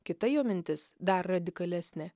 kita jo mintis dar radikalesnė